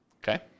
Okay